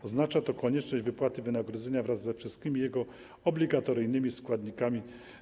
Oznacza to konieczność wypłaty wynagrodzenia wraz ze wszystkimi jego obligatoryjnymi składnikami.